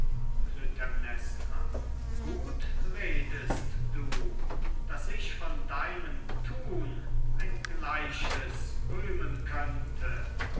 klytämnestra gut redest du daß ich von deinem thun ein gleiches rühmen könnte